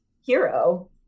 hero